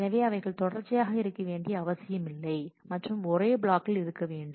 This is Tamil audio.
எனவே அவைகள் தொடர்ச்சியாக இருக்க வேண்டிய அவசியமில்லை மற்றும் ஒரே பிளாக்கில் இருக்க வேண்டும்